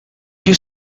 you